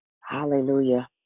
Hallelujah